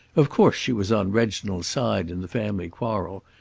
of course she was on reginald's side in the family quarrel,